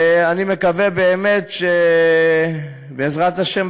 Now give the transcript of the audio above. ואני מקווה באמת שבעזרת השם,